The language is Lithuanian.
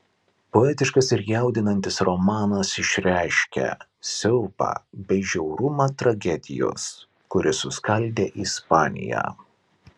poetiškas ir jaudinantis romanas išreiškia siaubą bei žiaurumą tragedijos kuri suskaldė ispaniją